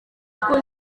bitwa